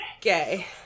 gay